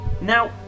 Now